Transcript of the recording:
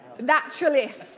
Naturalist